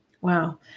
Wow